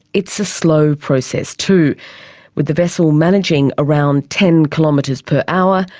it's a slow process too with the vessel managing around ten kilometres per hour,